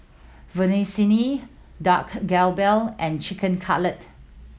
Vermicelli Dak Galbi and Chicken Cutlet